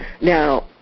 Now